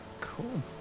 Cool